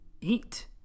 eat